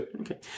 Okay